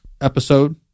episode